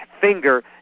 finger